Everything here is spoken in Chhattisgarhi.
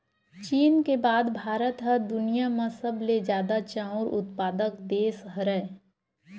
चीन के बाद भारत ह दुनिया म सबले जादा चाँउर उत्पादक देस हरय